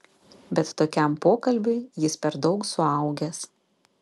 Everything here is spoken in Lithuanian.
bet tokiam pokalbiui jis per daug suaugęs